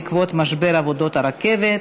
בעקבות משבר עבודות הרכבת,